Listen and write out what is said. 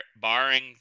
barring